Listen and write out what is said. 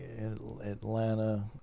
Atlanta